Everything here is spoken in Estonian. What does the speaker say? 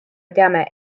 teame